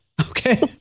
Okay